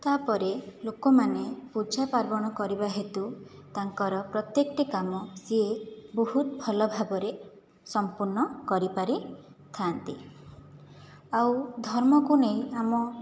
ତା' ପରେ ଲୋକମାନେ ପୂଜାପାର୍ବଣ କରିବା ହେତୁ ତାଙ୍କର ପ୍ରତ୍ୟେକଟି କାମ ସେ ବହୁତ ଭଲ ଭାବରେ ସମ୍ପୂର୍ଣ୍ଣ କରିପାରିଥାନ୍ତି ଆଉ ଧର୍ମକୁ ନେଇ ଆମ